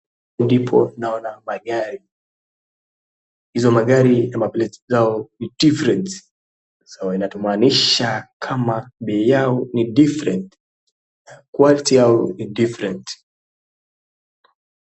Ndipo naona magari, hizo magari number plates zao ni different so inatumanisha kama bei Yao ni different, quality yao ni different .